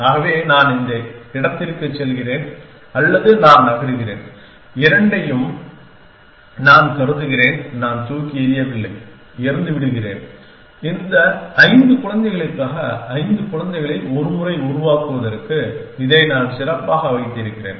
ஆகவே நான் இந்த இடத்திற்குச் செல்கிறேன் அல்லது நான் நகர்கிறேன் இரண்டையும் நான் கருதுகிறேன் நான் தூக்கி எறியவில்லை எறிந்துவிடுகிறேன் இந்த ஐந்து குழந்தைகளுக்காக ஐந்து குழந்தைகளை ஒரு முறை உருவாக்குவதற்கு இதை நான் சிறப்பாக வைத்திருக்கிறேன்